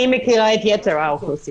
היא מכירה את יתר האוכלוסיות.